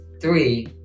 Three